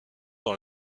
dans